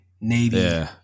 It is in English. Navy